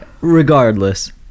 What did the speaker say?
Regardless